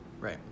Right